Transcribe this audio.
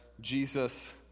Jesus